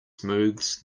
smooths